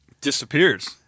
Disappears